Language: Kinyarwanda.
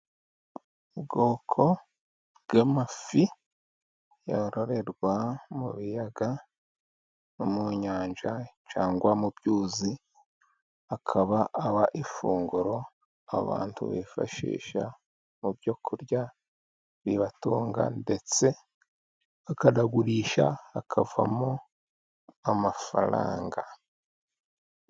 Ubwoko bw'amafi yororerwa mu biyaga no mu nyanja, cyangwa mu byuzi, akaba ari ifunguro abantu bifashisha mu byo kurya bibatunga, ndetse bakanagurisha hakavamo amafaranga.